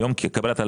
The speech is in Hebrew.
ביום קבלת ההלוואה,